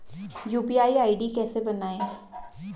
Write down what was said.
UPI ID कैसे बनायें?